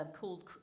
called